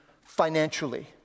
financially